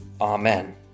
Amen